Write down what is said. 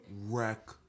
wreck